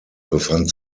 befand